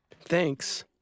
thanks